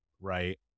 right